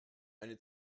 eine